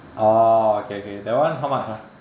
oh okay okay that one how much ah